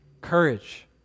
courage